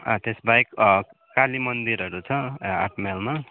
त्यस बाहेक काली मन्दिरहरू छ आठ माइलमा